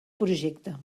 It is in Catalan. projecte